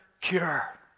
cure